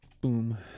Boom